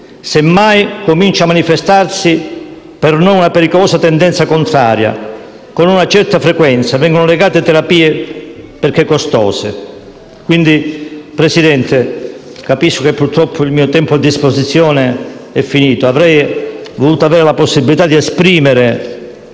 Semmai comincia a manifestarsi per noi una pericolosa tendenza contraria: con una certa frequenza vengono negate terapie perché costose. Signora Presidente, purtroppo il tempo a mia disposizione è terminato. Avrei voluto avere la possibilità di affrontare